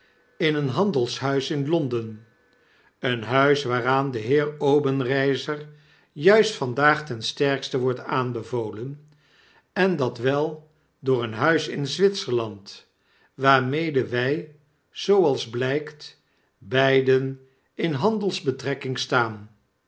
in een handelshuis in l o n d e n een huis waaraan de beer obenreizer juis t vandaag ten sterkste wordt aanbevolen en dat wel door een huis inzwitserland waarmede wy zooals blykt beiden in handelsbetrekking staan